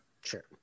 sure